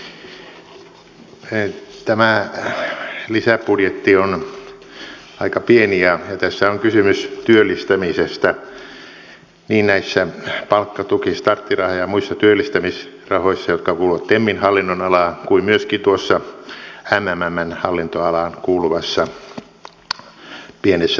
tämä lisäbudjetti on aika pieni ja tässä on kysymys työllistämisestä niin näissä palkkatuki startti ja muissa työllistämisrahoissa jotka kuuluvat temin hallinnonalaan kuin myöskin tuossa mmmn hallintoalaan kuuluvassa pienessä paketissa